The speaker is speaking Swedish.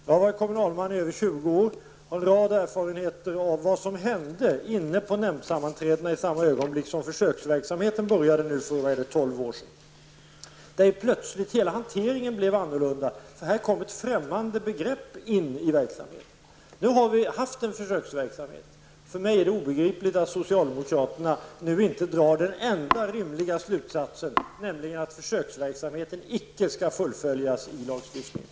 Jag har varit kommunalman i över 20 år och har en rad erfarenheter av vad som hände inne på nämndsammanträdena i samma ögonblick som försöksverksamheten började för 12 år sedan. Helt plötsligt blev hela hanteringen annorlunda. Ett främmande begrepp kom nämligen in i verksamheten. Nu har denna försöksverksamhet pågått. För mig är det obegripligt att socialdemokraterna nu inte drar den enda rimliga slutsatsen, nämligen att försöksverksamheten icke skall fullföljas i lagstiftningen.